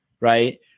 right